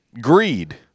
Greed